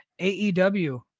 AEW